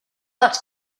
but